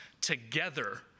together